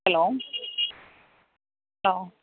hello hello